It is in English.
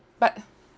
but